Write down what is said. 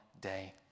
day